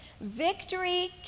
Victory